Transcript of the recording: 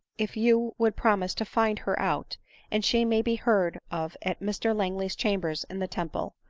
if you would promise to find her out and she may be heard of at mr langley's chambers in the temple.